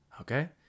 okay